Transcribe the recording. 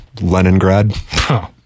Leningrad